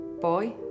boy